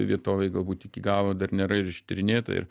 vietovėj galbūt iki galo dar nėra ir ištyrinėta ir